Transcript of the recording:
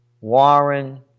Warren